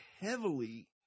heavily